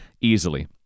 easily